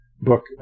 book